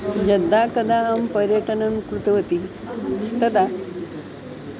यदा कदा अहं पर्यटनं कृतवती तदा